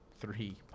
three